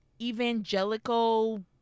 evangelical